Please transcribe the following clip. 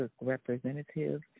representative